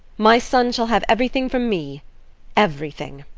my son shall have everything from me everything.